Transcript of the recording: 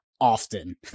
often